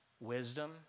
wisdom